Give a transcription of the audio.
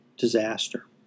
Disaster